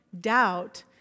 doubt